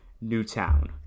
Newtown